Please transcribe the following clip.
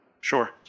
Sure